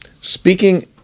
Speaking